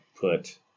put